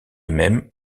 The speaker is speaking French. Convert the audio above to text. même